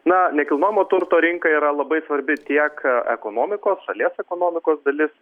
na nekilnojamo turto rinka yra labai svarbi tiek ekonomikos šalies ekonomikos dalis